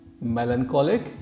melancholic